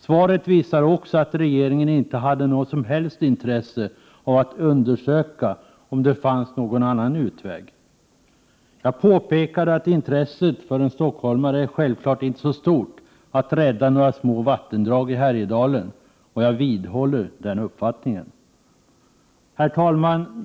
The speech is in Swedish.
Svaret visar också att regeringen inte hade något som helst intresse av att undersöka om någon annan utväg fanns. Jag påpekade att intresset för en stockholmare självfallet 23 inte är så stort att rädda några små vattendrag i Härjedalen. Jag vidhåller den uppfattningen. Herr talman!